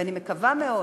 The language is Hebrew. ואני מקווה מאוד,